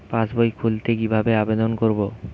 পাসবই খুলতে কি ভাবে আবেদন করব?